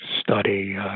study